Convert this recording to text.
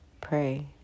Pray